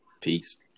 Peace